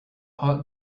hot